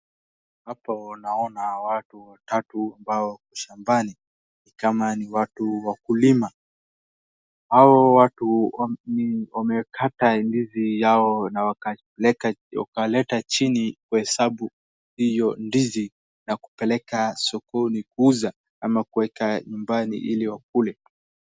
Hapo naona watu watatu ambao wako shambani. Ni kama ni watu wakulima, hao watu wamekata ndizi yao na wakaleta chini kuhesabu hiyo ndizi na kupeleka sokoni kuuza ama kuweka nyumbani ili wakule.